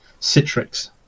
Citrix